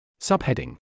Subheading